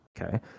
Okay